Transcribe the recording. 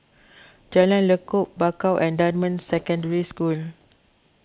Jalan Lekub Bakau and Dunman Secondary School